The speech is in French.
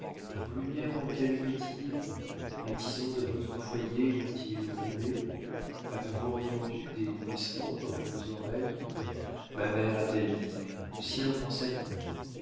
vos lumières ont-elles pétillé les tisons de votre foyer ont-ils roulé avez-vous entendu des bruissements dans vos oreilles ma mère a-t-elle dit lucien pense à nous